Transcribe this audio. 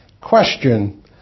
Question